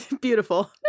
Beautiful